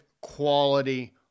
quality